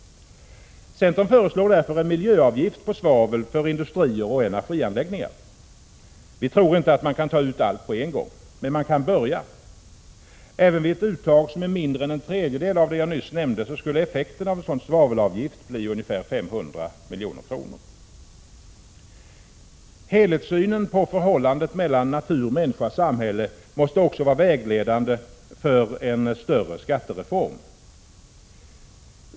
Centern föreslår därför en miljöavgift på svavel för industrier och energianläggningar. Vi tror inte att man kan ta ut allt på en gång, men man kan börja. Även vid ett uttag som är mindre än en tredjedel av det jag nyss nämnde skulle effekten av en sådan svavelavgift bli ungefär 500 milj.kr. Helhetssynen på förhållandet mellan natur, människa och samhälle måste också vara vägledande för en större skattereform.